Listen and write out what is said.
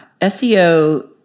SEO